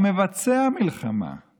ומבצע מלחמה,